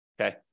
okay